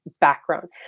background